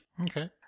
okay